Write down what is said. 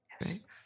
Yes